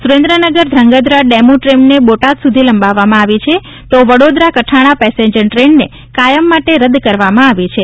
Surendranagar Dhrangadhra DEMU ટ્રેનને બોટાદ સુધી લંબાવવામાં આવી છે તો વડોદરા કઠગ્ના પેસેન્જર ટ્રેનને કાયમ માટે રદ કરવામાં આવી છે